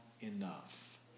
enough